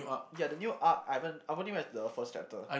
ya the new uh I haven't I've only read the first chapter